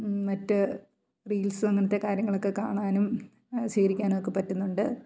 മറ്റ് റീൽസ് അങ്ങനത്തെ കാര്യങ്ങൾ ഒക്കെ കാണാനും ശേഖരിക്കാനും ഒക്കെ പറ്റുന്നുണ്ട്